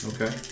Okay